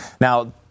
Now